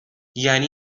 یعنی